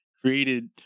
created